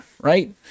right